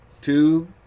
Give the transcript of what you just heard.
two